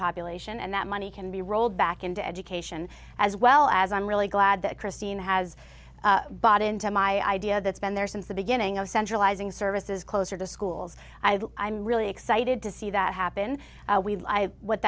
population and that money can be rolled back into education as well as i'm really glad that christine has bought into my idea that's been there since the beginning of centralizing services closer to schools i'm really excited to see that happen we live what